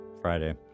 Friday